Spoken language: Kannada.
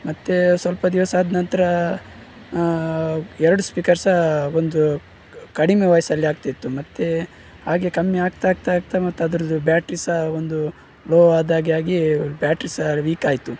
ಮತ್ತೇ ಸ್ವಲ್ಪ ದಿವಸ ಆದ ನಂತರ ಎರಡು ಸ್ಪೀಕರ್ ಸಹ ಒಂದು ಕಡಿಮೆ ವಾಯ್ಸಲ್ಲಿ ಆಗ್ತಿತ್ತು ಮತ್ತೆ ಹಾಗೆ ಕಮ್ಮಿ ಆಗ್ತಾ ಆಗ್ತಾ ಆಗ್ತಾ ಮತ್ತು ಅದ್ರದ್ದು ಬ್ಯಾಟ್ರಿ ಸಹ ಒಂದು ಲೋ ಆದಾಗೆ ಆಗಿ ಬ್ಯಾಟ್ರಿ ಸಹ ವೀಕ್ ಆಯಿತು